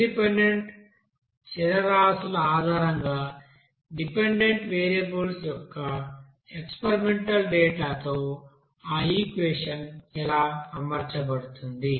independent చరరాశుల ఆధారంగా dependent variables యొక్క ఎక్స్పెరిమెంటల్ డేటా తో ఆ ఈక్వెషన్ ఎలా అమర్చబడుతుంది